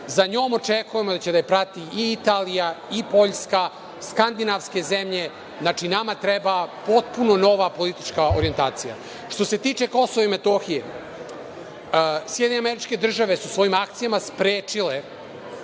za njom očekujemo da će da je prati i Italija, i Poljska, Skandinavske zemlje. Znači, nama treba potpuno nova politička orijentacija. Što se tiče KiM, SAD su svojim akcijama sprečile,